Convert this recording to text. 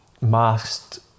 masked